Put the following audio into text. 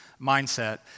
mindset